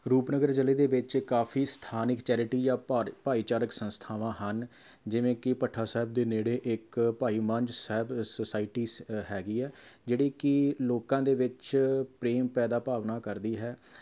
ਰੂਪਨਗਰ ਜ਼ਿਲ੍ਹੇ ਦੇ ਵਿੱਚ ਕਾਫ਼ੀ ਸਥਾਨਕ ਚੈਰਿਟੀ ਜਾਂ ਭਾਰ ਭਾਈਚਾਰਕ ਸੰਸਥਾਵਾਂ ਹਨ ਜਿਵੇਂ ਕਿ ਭੱਠਾ ਸਾਹਿਬ ਦੇ ਨੇੜੇ ਇੱਕ ਭਾਈ ਮੰਝ ਸਾਹਿਬ ਸੋਸਾਇਟੀਸ ਹੈਗੀ ਹੈ ਜਿਹੜੀ ਕਿ ਲੋਕਾਂ ਦੇ ਵਿੱਚ ਪ੍ਰੇਮ ਪੈਦਾ ਭਾਵਨਾ ਕਰਦੀ ਹੈ